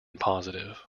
positive